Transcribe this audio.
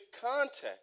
context